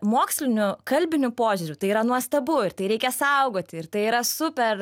moksliniu kalbiniu požiūriu tai yra nuostabu ir tai reikia saugoti ir tai yra super